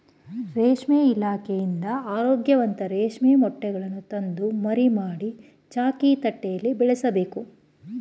ರೇಷ್ಮೆ ಇಲಾಖೆಯಿಂದ ಆರೋಗ್ಯವಂತ ರೇಷ್ಮೆ ಮೊಟ್ಟೆಗಳನ್ನು ತಂದು ಮರಿ ಮಾಡಿ, ಚಾಕಿ ತಟ್ಟೆಯಲ್ಲಿ ಬೆಳೆಸಬೇಕು